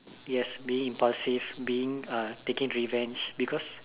yes being impulsive being uh taking revenge because